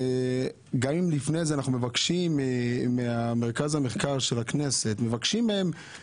גם אם לפני זה אנחנו מבקשים ממרכז המחקר של הכנסת נתונים,